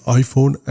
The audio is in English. iPhone